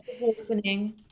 listening